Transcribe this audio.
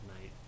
night